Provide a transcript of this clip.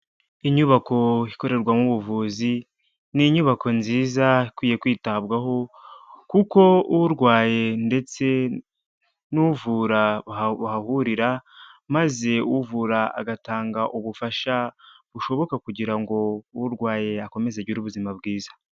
Inyubako ikorerwamo ubuvuzi ni inyubako nziza ikwiye kwitabwaho kuko urwaye ndetse n'uvura bahahurira maze uvura agatanga ubufasha bushoboka kugira ngo urwaye akomeze agire ubuzima bwiza.